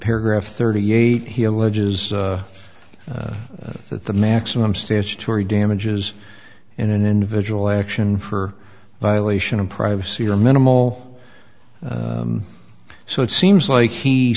paragraph thirty eight he alleges that the maximum statutory damages in an individual action for violation of privacy are minimal so it seems like he